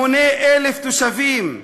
המונה 1,000 תושבים,